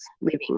living